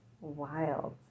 wild